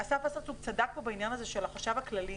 אסף וסרצוג צדק פה בעניין הזה של החשב הכללי.